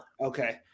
Okay